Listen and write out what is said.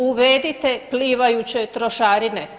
Uvedite plivajuće trošarine.